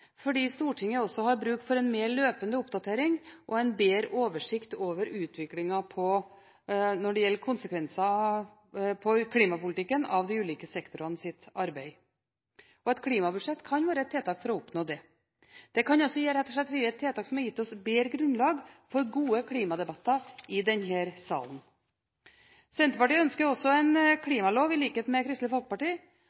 fordi Stortinget også har bruk for en mer løpende oppdatering og en bedre oversikt over utviklingen når det gjelder konsekvenser for klimapolitikken av de ulike sektorenes arbeid. Et klimabudsjett kan være et tiltak for å oppnå det. Det kan også rett og slett være et tiltak som hadde gitt oss bedre grunnlag for gode klimadebatter i denne salen. Vi i Senterpartiet ønsker også en